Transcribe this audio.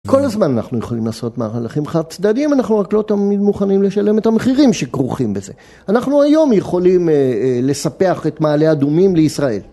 כל הזמן אנחנו יכולים לעשות מהלכים חד צדדיים, אנחנו רק לא תמיד מוכנים לשלם את המחירים שכרוכים בזה. אנחנו היום יכולים לספח את מעלה אדומים לישראל.